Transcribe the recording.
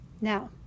Now